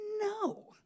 no